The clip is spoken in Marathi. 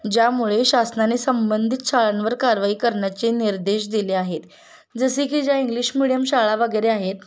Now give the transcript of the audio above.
ज्यामुळे शासनाने संबंधित शाळांवर कारवाई करण्याचे निर्देश दिले आहेत जसे की ज्या इंग्लिश मिडियम शाळा वगैरे आहेत